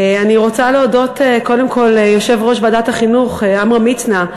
אני רוצה להודות קודם כול ליושב-ראש ועדת החינוך עמרם מצנע,